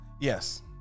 Yes